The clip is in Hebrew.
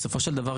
בסופו של דבר,